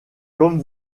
comme